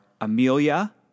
Amelia